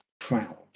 crowd